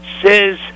says